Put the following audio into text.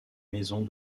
maison